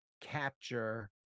capture